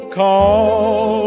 call